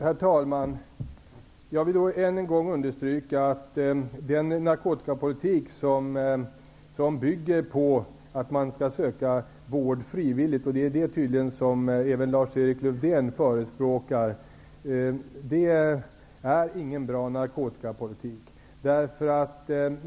Herr talman! Jag vill än en gång understryka att den narkotikapolitik som bygger på att man skall söka vård frivilligt -- det är tydligen det som även Lars Erik Lövdén förespråkar -- inte är någon bra narkotikapolitik.